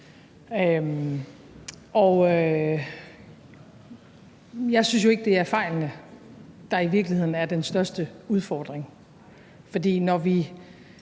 jeg synes jo ikke, at det er fejlene, der i virkeligheden er den største udfordring,